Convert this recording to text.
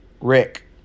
Rick